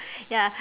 ya